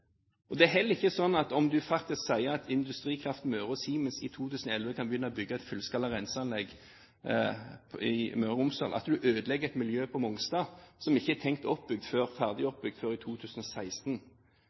testsenteret. Det er heller ikke sånn at om du faktisk sier at Industrikraft Møre og Siemens i 2011 kan begynne å bygge et fullskala renseanlegg i Møre og Romsdal, ødelegger du et miljø på Mongstad, som ikke er tenkt ferdig oppbygd før